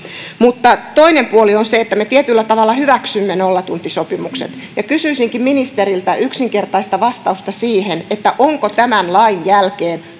mutta toinen puoli on se että me tietyllä tavalla hyväksymme nollatuntisopimuksen kysyisinkin ministeriltä yksinkertaista vastausta siihen onko tämän lain jälkeen